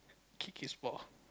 kick his ball